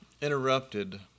interrupted